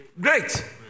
great